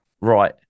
right